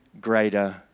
greater